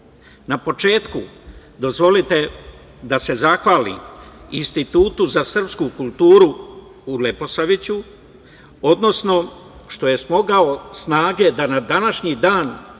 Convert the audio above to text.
početku, dozvolite da se zahvalim Institutu za srpsku kulturu u Leposaviću, odnosno što je smogao snage da na današnji dan